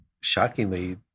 shockingly